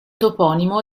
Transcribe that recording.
toponimo